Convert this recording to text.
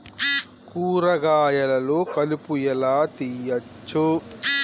కూరగాయలలో కలుపు ఎలా తీయచ్చు?